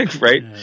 right